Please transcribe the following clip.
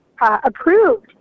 approved